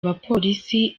abapolisi